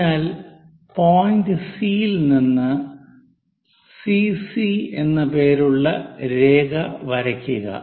അതിനാൽ point C യിൽ നിന്ന് സിസി എന്ന പേരുള്ള രേഖ വരയ്ക്കുക